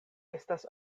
estas